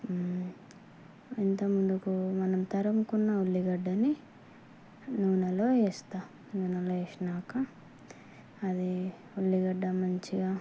ఇంతముందుకు మనం తరుగుకున్న ఉల్లిగడ్డని నూనెలో వేస్తాను నూనెలో వే సినాక అది ఉల్లిగడ్డ మంచిగా